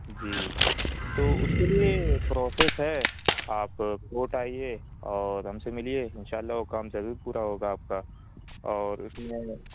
جی تو اس کے لیے پروسیس ہے آپ کوٹ آئیے اور ہم سے ملیے انشاء اللہ وہ کام ضرور پورا ہوگا آپ کا اور اس میں